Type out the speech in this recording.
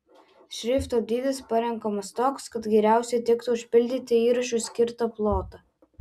šrifto dydis parenkamas toks kad geriausiai tiktų užpildyti įrašui skirtą plotą